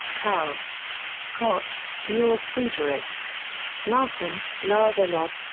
karl koch, georg friedrich larsson, lars olof,